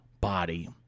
body